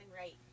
right